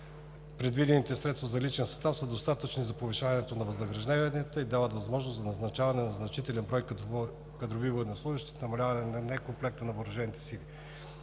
Предвидените средства за личен състав са достатъчни за повишаването на възнагражденията и дават възможност за назначаване на значителен брой кадрови военнослужещи в намаляване некомплекта на въоръжените сили.